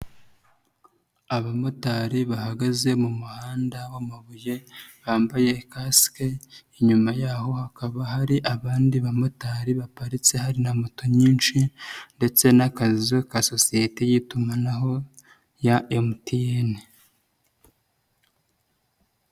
Abamotari bahagaze mu muhanda w'amabuye bambaye kasike, inyuma yaho hakaba hari abandi bamotari baparitse hari na moto nyinshi ndetse n'akazu ka sosiyete y'itumanaho ya MTN.